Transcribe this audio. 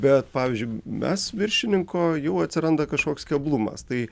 bet pavyzdžiui mes viršininko jau atsiranda kažkoks keblumas tai